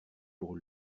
pour